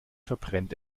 verbrennt